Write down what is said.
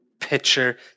picture